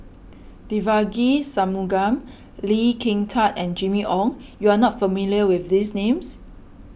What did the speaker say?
Devagi Sanmugam Lee Kin Tat and Jimmy Ong you are not familiar with these names